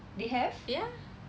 they have